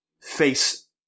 face